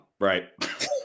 right